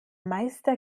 meister